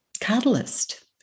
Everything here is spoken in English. catalyst